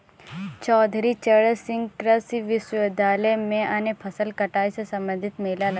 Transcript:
चौधरी चरण सिंह कृषि विश्वविद्यालय में अन्य फसल कटाई से संबंधित मेला लगता है